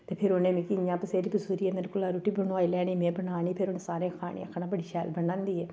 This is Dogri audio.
ते फिर उ'नें मिगी इ'यां पसेरी पसूरियै मेरे कोला रुट्टी बनवाई लैनी में बनानी फिर उ'नें सारें खानी आखना बड़ी शैल बनांदी ऐ